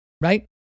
right